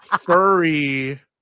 furry